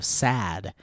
sad